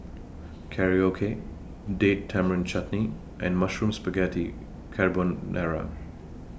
Korokke Date Tamarind Chutney and Mushroom Spaghetti Carbonara